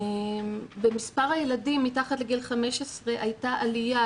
במספר הילדים מתחת לגיל 15 הייתה עליה,